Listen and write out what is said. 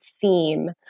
theme